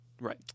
Right